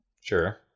Sure